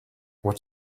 what